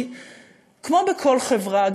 כי כמו בכל חברה,